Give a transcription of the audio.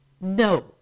No